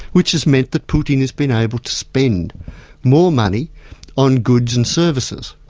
which has meant that putin has been able to spend more money on goods and services.